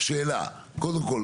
שאלה קודם כל,